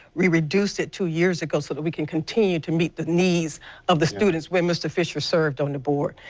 we reduced it to years ago so sort of we can continue to meet the needs of the students when mr. fisher served on the board.